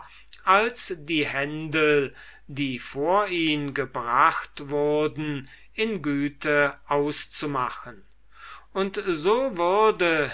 als die händel die vor ihn gebracht wurden in güte auszumachen und so würde